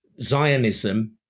Zionism